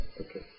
Okay